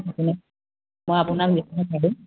মই আপোনাক